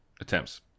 attempts